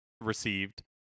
received